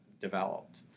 developed